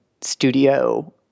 studio